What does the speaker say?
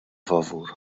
favur